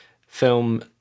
film